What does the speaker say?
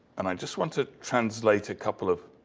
and i just want to translate a couple of